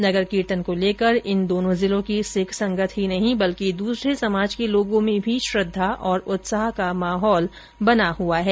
नगर कीर्तन को लेकर इन दोनों जिलों की सिख संगत ही नहीं बल्कि दूसरे समाज के लोगों में भी श्रद्धा और उत्साह का माहौल बना हुआ है